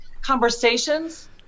conversations